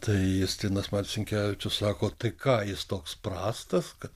tai justinas marcinkevičius sako tai ką jis toks prastas kad